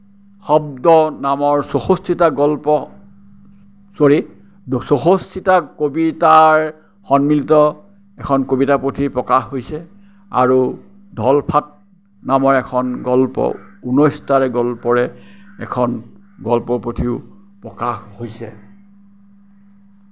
শব্দ নামৰ চৌষষ্ঠিটা গল্প চ'ৰী চৌষষ্ঠিটা কবিতাৰ সন্মিলিত এখন কবিতাপুথি প্ৰকাশ হৈছে আৰু ধলফাট নামৰ এখন গল্পও উনৈশটা গল্পৰে এখন গল্পপুথিও প্ৰকাশ হৈছে